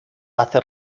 hace